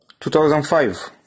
2005